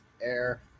air